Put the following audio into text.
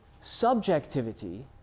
subjectivity